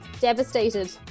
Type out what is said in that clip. devastated